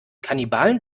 kannibalen